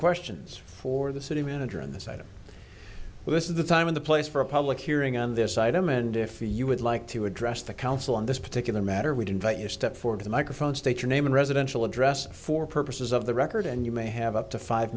questions for the city manager on this item this is the time of the place for a public hearing on this item and if you would like to address the council on this particular matter we did invite your step for the microphone state your name and residential address for purposes of the record and you may have up to five